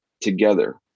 together